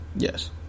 Yes